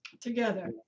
together